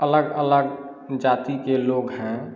अलग अलग जाति के लोग हैं